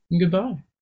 Goodbye